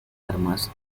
armas